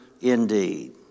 indeed